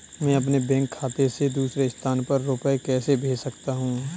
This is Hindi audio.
मैं अपने बैंक खाते से दूसरे स्थान पर रुपए कैसे भेज सकता हूँ?